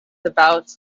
about